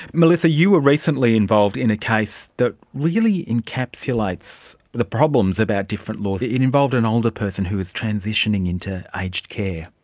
melissa, you were recently involved in a case that really encapsulates the problems about different laws. it involved an older person who was transitioning into aged care.